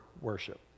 worship